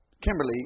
Kimberly